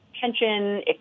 tension